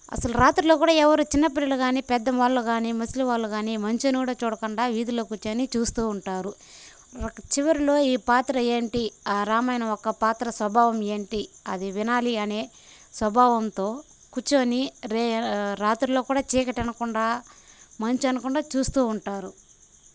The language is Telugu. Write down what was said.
అసలు రాత్రుల్లో కూడా ఎవరు చిన్న పిల్లలు గానీ పెద్దవాళ్ళు గానీ ముసలి వాళ్ళు గానీ మంచు అని కూడా చూడకుండా వీధిలో కూర్చొని చూస్తూ ఉంటారు చివరిలో ఈ పాత్ర ఏంటి రామాయణం ఒక పాత్ర స్వభావం ఏంటి అది వినాలి అనే స్వభావంతో కూర్చొని రే రాత్రుల్లో కూడా చీకటి అనకుండా మంచు అనకుండా చూస్తూ ఉంటారు